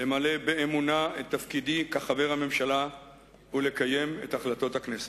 למלא באמונה את תפקידי כחבר הממשלה ולקיים את החלטות הכנסת.